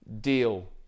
deal